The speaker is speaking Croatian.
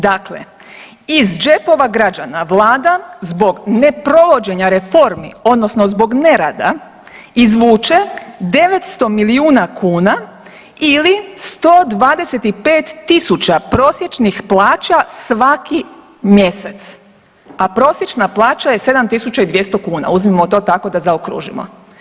Dakle, iz džepova građana vlada zbog neprovođena reformi odnosno zbog nerada izvuče 900 milijuna kuna ili 125.000 prosječnih plaća svaki mjesec, a prosječna plaća je 7.200 kuna uzmimo to tako da zaokružimo.